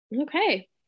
Okay